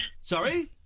Sorry